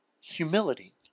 humility